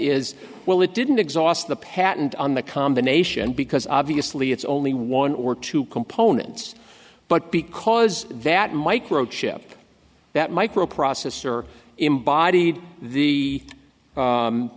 is well it didn't exhaust the patent on the combination because obviously it's only one or two components but because that microchip that microprocessor embodied